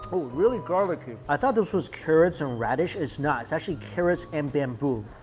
really garlicky. i thought this was carrots and radish, it's not it's actually carrots and bamboo